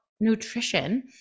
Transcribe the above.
nutrition